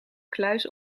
kluis